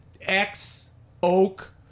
X-Oak